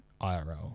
IRL